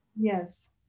Yes